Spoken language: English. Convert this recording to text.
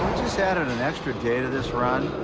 just added an extra day to this run,